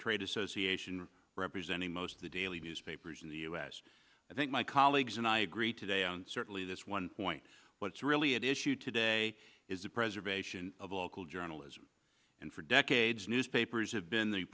trade association representing most of the daily newspapers in the u s i think my colleagues and i agree today on certainly this one point what's really at issue today is the preservation of local journalism and for decades newspapers have been the